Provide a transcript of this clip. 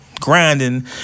Grinding